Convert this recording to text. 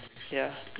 ya